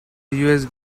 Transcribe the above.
usb